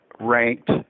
ranked